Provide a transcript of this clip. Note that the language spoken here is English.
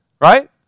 right